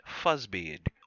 Fuzzbeard